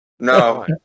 No